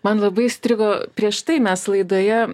man labai įstrigo prieš tai mes laidoje